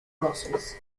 brussels